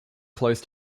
closed